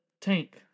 tank